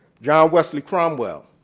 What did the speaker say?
john wesley cromwell.